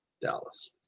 Dallas